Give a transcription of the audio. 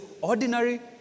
ordinary